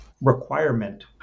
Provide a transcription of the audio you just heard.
requirement